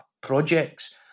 projects